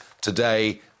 today